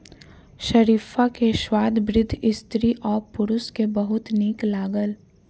शरीफा के स्वाद वृद्ध स्त्री आ पुरुष के बहुत नीक लागल